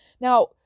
Now